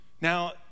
Now